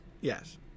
Yes